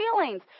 feelings